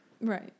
right